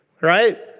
right